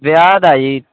ਵਿਆਹ ਦਾ ਜੀ